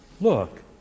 Look